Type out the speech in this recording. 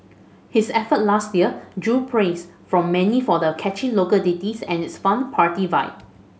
his effort last year drew praise from many for the catchy local ditties and its fun party vibe